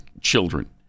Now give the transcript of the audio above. children